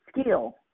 Skill